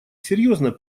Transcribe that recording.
серьезно